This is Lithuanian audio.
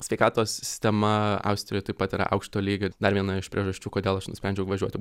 sveikatos sistema austrijoj taip pat yra aukšto lygio dar viena iš priežasčių kodėl aš nusprendžiau važiuoti